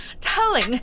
Telling